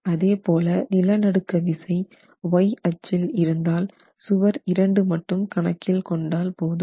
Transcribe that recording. அதேபோல நிலநடுக்க விசை Y அச்சில் இருந்தால் சுவர் 2 மட்டும் கணக்கில் கொண்டால் போதும்